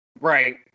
Right